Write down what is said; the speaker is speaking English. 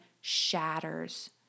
shatters